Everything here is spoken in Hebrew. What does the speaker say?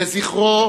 לזכרו